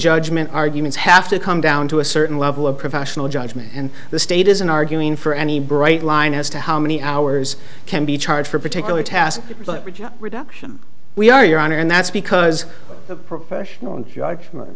judgement arguments have to come down to a certain level of professional judgment and the state isn't arguing for any bright line as to how many hours can be charged for a particular task reduction we are your honor and that's because the profession own judgement